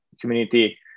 community